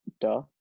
duh